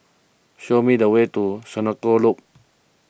show me the way to Senoko Loop